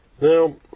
Now